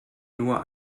nur